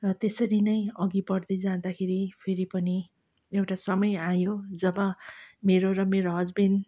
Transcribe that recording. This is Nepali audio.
र त्यसरी नै अघि बढ्दै जाँदाखेरि फेरि पनि एउटा समय आयो जब मेरो र मेरो हसबेन्ड